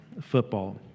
football